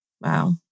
Wow